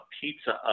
pizza